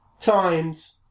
times